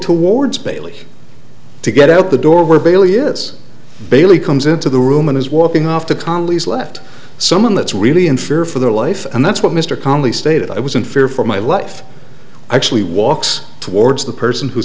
towards bailey to get out the door where bailey is bailey comes into the room and is walking off the connally's left someone that's really in fear for their life and that's what mr connerly stated i was in fear for my life actually walks towards the person who